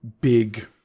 big